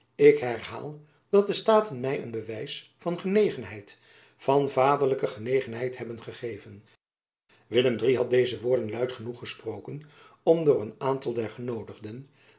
ik herhaal dat de staten my een bewijs van genegenheid van vaderlijke genegenheid hebben gegeven willem iii had deze woorden luid genoeg gesproken om door een aantal der genoodigden